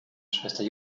schwester